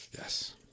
Yes